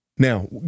Now